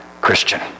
Christian